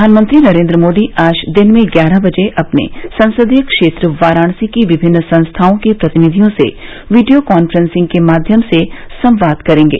प्रधानमंत्री नरेन्द्र मोदी आज दिन में ग्यारह बजे अपने संसदीय क्षेत्र वाराणसी की विभिन्न संस्थाओं के प्रतिनिधियों से वीडियो कांफ्रेंसिंग के माध्यम से संवाद करेंगे